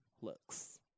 looks